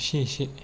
एसे एसे